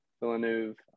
villeneuve